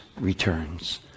returns